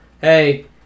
Hey